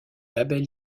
label